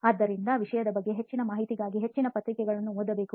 ಆದ್ದರಿಂದ ವಿಷಯದ ಬಗ್ಗೆ ಹೆಚ್ಚಿನ ಮಾಹಿತಿಗಾಗಿ ಹೆಚ್ಚಿನ ಪತ್ರಿಕೆಗಳನ್ನು ಓದಬಹುದು